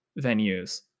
venues